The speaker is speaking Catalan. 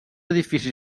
edifici